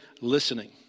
listening